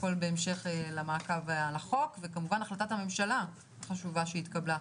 הכול בהמשך למעקב על החוק וכמובן החלטת הממשלה החשובה שהתקבלה.